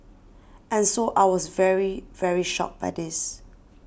and so I was very very shocked by this